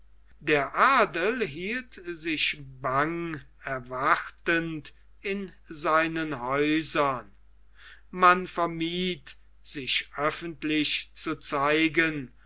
der adel hielt sich bang erwartend in seinen häusern man vermied sich öffentlich zu zeigen